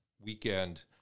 weekend